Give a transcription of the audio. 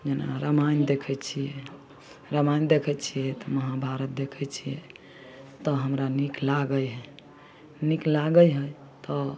जेना रामायण देखै छियै रामायण देखै छियै तऽ महाभारत देखै छियै तब हमरा नीक लागै है नीक लागै है तऽ